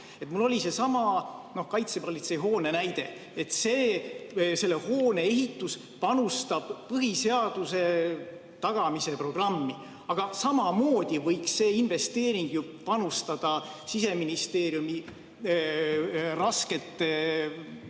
Mul oli seesama kaitsepolitseihoone näide. Selle hoone ehitus panustab põhiseaduse tagamise programmi, aga samamoodi võiks see investeering ju panustada Siseministeeriumi raske